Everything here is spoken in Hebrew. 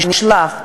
נשלח,